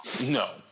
No